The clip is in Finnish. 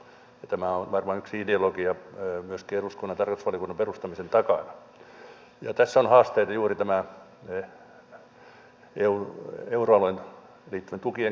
tämä on varmaan yksi ideologia myöskin eduskunnan tarkastusvaliokunnan perustamisen takana ja tässä on haasteena juuri tämä euroalueeseen liittyvien tukien käyttö